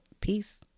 Peace